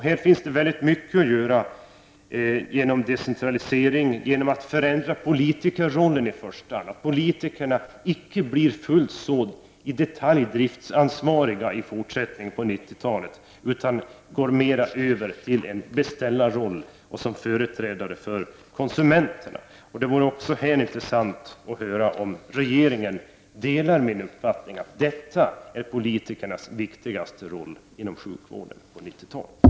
Här finns det väldigt mycket att göra genom decentralisering och genom att förändra politikerrollen, så att politikerna icke blir fullt så i detalj driftansvariga i fortsättningen utan mera går över till en beställarroll som företrädare för konsumenterna. Också här vore det intressant att höra om regeringen delar min uppfattning. Är inte detta politikernas viktigaste roll inom sjukvården på 90-talet?